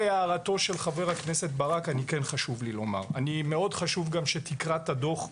להערתו של חבר הכנסת בן ברק חשוב לי לומר מאוד חשוב גם שתקרא את הדוח,